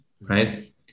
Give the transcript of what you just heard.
right